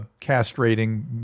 castrating